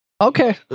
Okay